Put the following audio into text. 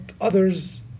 others